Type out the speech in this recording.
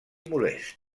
molest